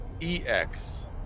EX